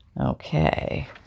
okay